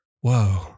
whoa